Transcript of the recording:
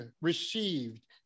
received